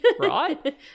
right